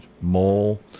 mole